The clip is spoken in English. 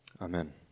Amen